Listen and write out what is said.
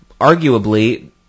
Arguably